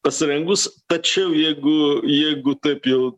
pasirengus tačiau jeigu jeigu taip jau